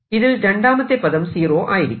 ഇതിൽ രണ്ടാമത്തെ പദം സീറോ ആയിരിക്കും